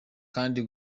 kandi